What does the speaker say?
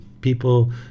people